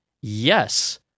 Yes